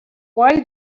why